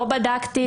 לא בדקתי.